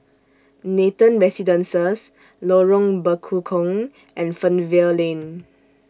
Nathan Residences Lorong Bekukong and Fernvale Lane